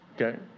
Okay